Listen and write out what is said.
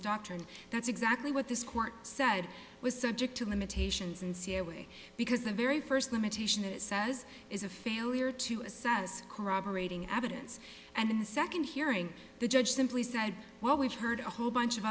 doctor and that's exactly what this court said was subject to limitations and see a way because the very first limitation it says is a failure to assess corroborating evidence and in the second hearing the judge simply said well we've heard a whole bunch of